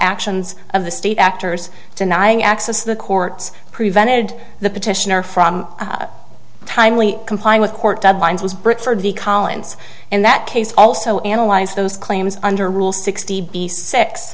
actions of the state actors denying access to the courts prevented the petitioner from timely complying with court deadlines was brick for the collins in that case also analyzed those claims under rule sixty b six